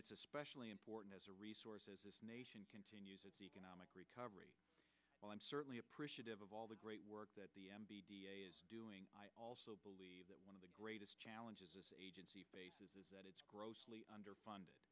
it's especially important as a resource as this nation continues its economic recovery well i'm certainly appreciative of all the great work that the doing i also believe that one of the greatest challenges agency faces is that it's grossly underfunded